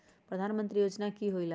प्रधान मंत्री योजना कि होईला?